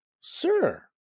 sir